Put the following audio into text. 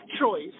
choice